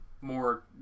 more